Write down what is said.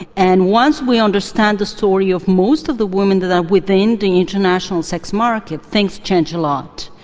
and once we understand the story of most of the women that are within the international sex market, things change a lot.